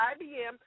IBM